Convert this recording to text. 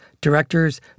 directors